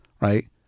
right